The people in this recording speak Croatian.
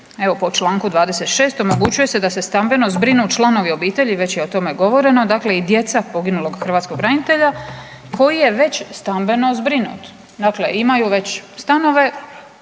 Evo po članku 26. omogućuje se da se stambeno zbrinu članovi obitelji. Već je o tome govoreno, dakle i djeca poginulog hrvatskog branitelja koji je već stambeno zbrinut. Dakle, imaju već stanove.